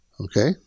Okay